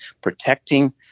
protecting